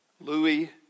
Louis